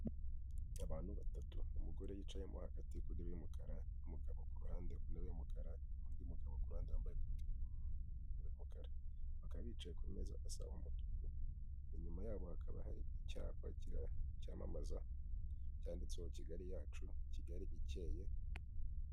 Abantu batatu ,umugore yicayemo hagati ku ntebe y'umukara n'umugabo ku ruhande ku ntebe y'umukara n'undi mugabo ku ruhande wambaye ikoti ry'ubururu n'umukara ,bakaba bicaye kumeza asa umutuku inyuma yabo hakaba hari icyapa cyamamaza cyanditseho Kigali yacu Kigali ikeye,